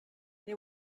they